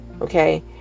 Okay